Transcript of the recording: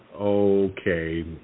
Okay